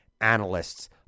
analysts